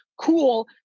Cool